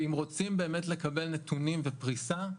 ואם רוצים באמת לקבל נתונים ופריסה,